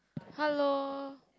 hello